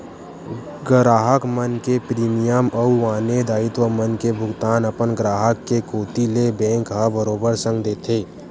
गराहक मन के प्रीमियम अउ आने दायित्व मन के भुगतान अपन ग्राहक के कोती ले बेंक ह बरोबर संग देथे